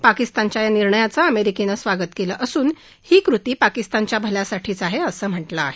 पाकिस्तानच्या या निर्णयाचं अमेरिकेनंही स्वागत केलं असून ही कृती पाकिस्तानच्या भल्यासाठीच आहे असं म्हटलं आहे